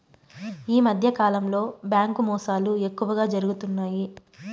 ఈ మధ్యకాలంలో బ్యాంకు మోసాలు ఎక్కువగా జరుగుతున్నాయి